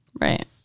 Right